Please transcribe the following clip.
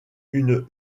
une